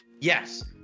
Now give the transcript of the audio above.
Yes